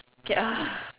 k ah